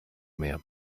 mehr